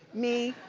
me,